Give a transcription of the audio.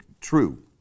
true